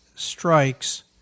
strikes